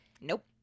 Nope